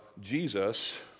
Jesus